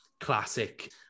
classic